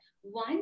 one